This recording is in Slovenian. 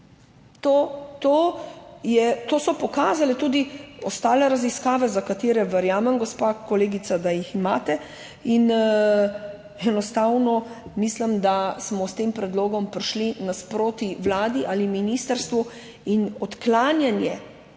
To so pokazale tudi ostale raziskave, za katere verjamem, gospa kolegica, da jih imate. Enostavno mislim, da smo s tem predlogom prišli naproti vladi ali ministrstvu. Odklanjanje